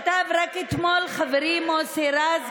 כמו שכתב רק אתמול חברי מוסי רז,